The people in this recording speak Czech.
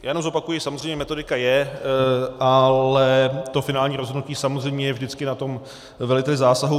Jenom zopakuji, samozřejmě, metodika je, ale to finální rozhodnutí samozřejmě je vždycky na veliteli zásahu.